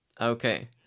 Okay